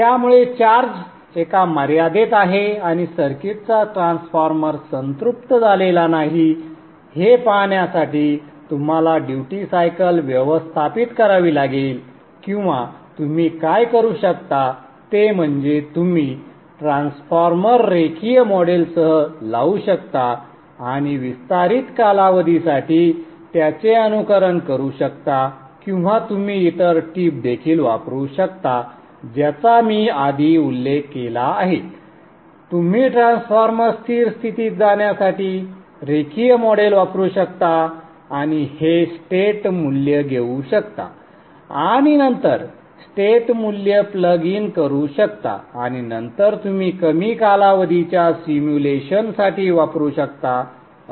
त्यामुळे चार्ज एका मर्यादेत आहे आणि सर्किटचा ट्रान्सफॉर्मर संतृप्त झालेला नाही हे पाहण्यासाठी तुम्हाला ड्युटी सायकल व्यवस्थापित करावी लागेल किंवा तुम्ही काय करू शकता ते म्हणजे तुम्ही ट्रान्सफॉर्मर रेखीय मॉडेलसह लावू शकता आणि विस्तारित कालावधीसाठी त्याचे अनुकरण करू शकता किंवा तुम्ही इतर टीप देखील वापरू शकता ज्याचा मी आधी उल्लेख केला आहे तुम्ही ट्रान्सफॉर्मर स्थिर स्थितीत जाण्यासाठी रेखीय मॉडेल वापरू शकता आणि हे स्टेट मूल्य घेऊ शकता आणि नंतर स्टेट मूल्य प्लग इन करू शकता आणि नंतर तुम्ही कमी कालावधीच्या सिम्युलेशनसाठी वापरू शकता